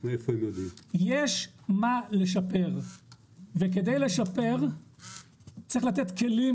יש מה לשפר וכדי לשפר צריך לתת כלים